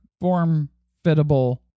form-fittable